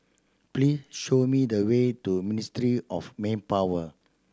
please show me the way to Ministry of Manpower